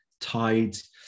tides